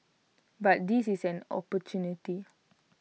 but this is an opportunity